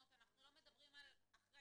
אנחנו לא מדברים על אחרי